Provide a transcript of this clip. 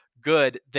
good